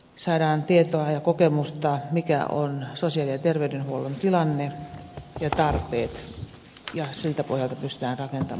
saadaan tietoa ja kokemusta mikä on sosiaali ja terveydenhuollon tilanne ja tarpeet ja siltä pohjalta pystytään rakentamaan tulevaisuutta